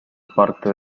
parte